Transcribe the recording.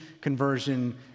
conversion